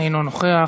אינו נוכח.